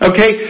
Okay